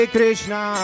Krishna